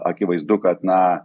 akivaizdu kad na